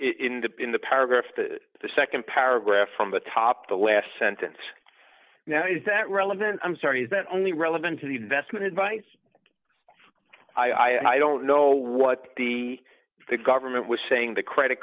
in the in the paragraph the nd paragraph from the top the last sentence now is that relevant i'm sorry is that only relevant to the investment advice i don't know what the government was saying the credit